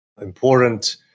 important